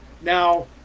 Now